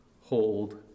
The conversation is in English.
hold